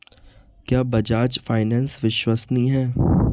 क्या बजाज फाइनेंस विश्वसनीय है?